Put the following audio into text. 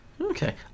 Okay